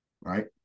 right